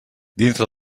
dintre